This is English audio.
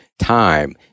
time